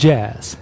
Jazz